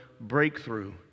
breakthrough